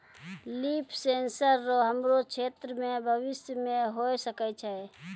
लिफ sensor रो हमरो क्षेत्र मे भविष्य मे होय सकै छै